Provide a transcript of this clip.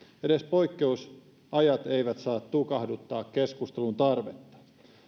edes poikkeusajat eivät saa tukahduttaa keskustelun tarvetta